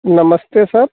नमस्ते सर